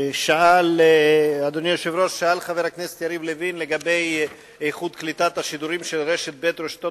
חבר הכנסת יריב לוין שאל את שר ההסברה והתפוצות